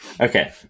Okay